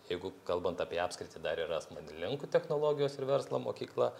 jeigu kalbant apie apskritį dar yra smalininkų technologijos ir verslo mokykla